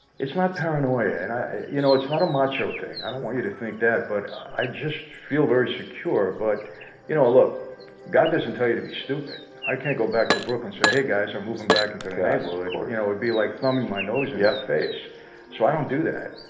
it's not paranoia, and i you know it's not a macho thing i don't want you to think that but i just feel very secure but you know look god doesn't tell you to be stupid. i can't go back to brooklyn say hey guys i'm moving back into a book like or you know it would be like thumbing my nose and yeah at that face so i don't do that,